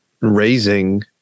raising